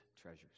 treasures